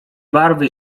barwy